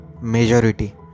majority